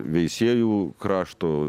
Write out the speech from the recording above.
veisiejų krašto